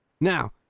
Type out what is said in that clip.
Now